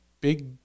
big